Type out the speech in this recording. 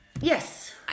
Yes